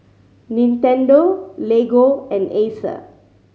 Nintendo Lego and Acer